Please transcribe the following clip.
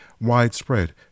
widespread